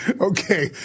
Okay